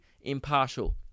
impartial